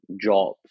jobs